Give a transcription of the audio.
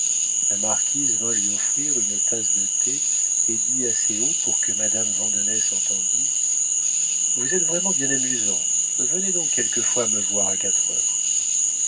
la marquise vint lui offrir une tasse de thé et dit assez haut pour que madame de vandenesse entendît vous êtes vraiment bien amusant venez donc quelquefois me voir à quatre heures